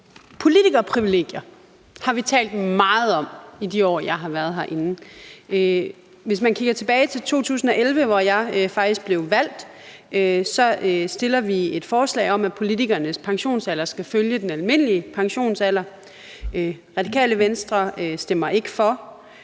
Politikerprivilegier har vi talt meget om i de år, jeg har været herinde. Hvis man kigger tilbage til 2011, hvor jeg faktisk blev valgt, vil man se, at vi fremsatte et forslag om, at politikernes pensionsalder skal følge den almindelige pensionsalder. Radikale Venstre stemmer ikke for.